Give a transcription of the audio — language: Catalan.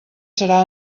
serà